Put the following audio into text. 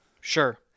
Sure